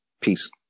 Peace